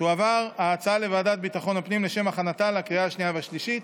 תועבר ההצעה לוועדת ביטחון הפנים לשם הכנתה לקריאה השנייה והשלישית.